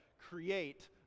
create